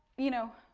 you know,